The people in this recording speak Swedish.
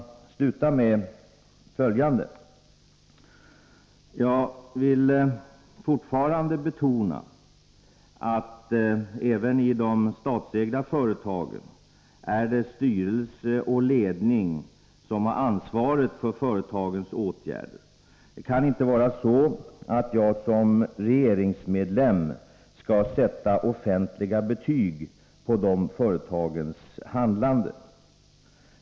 Jag vill slutligen betona att det även i de statsägda företagen är styrelse och ledning som har ansvar för företagens åtgärder. Det kan inte vara meningen att jag som regeringsmedlem skall sätta offentliga betyg på dessa företags handlande.